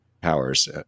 powers